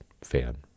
fan